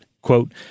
Quote